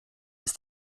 ist